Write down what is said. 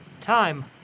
Time